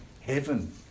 heaven